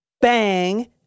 bang